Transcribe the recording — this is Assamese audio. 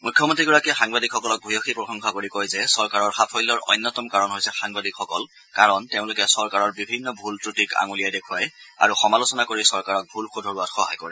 মুখ্যমন্ত্ৰীগৰাকীয়ে সাংবাদিকসকলৰ ভূমিকাক ভূয়সী প্ৰশংসা কৰি কয় যে চৰকাৰৰ সাফল্যৰ অন্যতম কাৰণ হৈছে সাংবাদিকসকল কাৰণ তেওঁলোকে চৰকাৰৰ বিভিন্ন ভুল ক্ৰটিক আঙুলিয়াই দেখুৱায় আৰু সমালোচনা কৰি চৰকাৰক ভুল শুধৰোৱাত সহায় কৰে